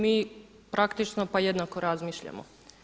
Mi praktično pa jednako razmišljamo.